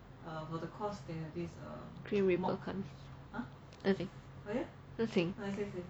grim reaper come nothing